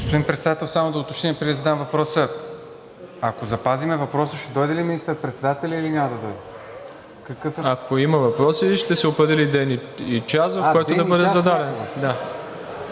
Ако има въпроси, ще се определи ден и час, в който да бъдат зададени.